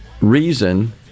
reason